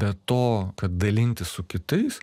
be to kad dalintis su kitais